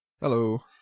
Hello